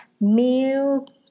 milk